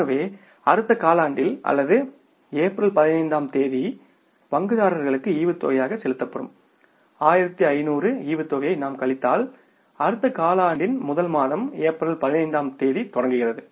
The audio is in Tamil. ஆகவே அடுத்த காலாண்டில் அல்லது ஏப்ரல் 15 ஆம் தேதி பங்குதாரர்களுக்கு டிவிடெண்ட்யாக செலுத்தப்படும் 1500 டிவிடெண்ட்யை நாம் கழித்தால் அடுத்த காலாண்டின் முதல் மாதம் ஏப்ரல் 15 ஆம் தேதி தொடங்குகிறது